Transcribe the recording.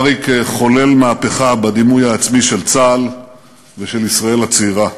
אריק חולל מהפכה בדימוי העצמי של צה"ל ושל ישראל הצעירה.